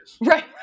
Right